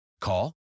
Call